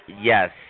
Yes